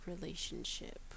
relationship